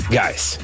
guys